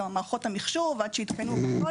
וגם עד שיותקנו מערכות המחשוב.